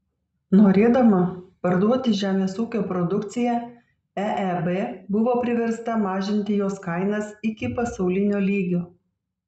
norėdama parduoti žemės ūkio produkciją eeb buvo priversta mažinti jos kainas iki pasaulinio lygio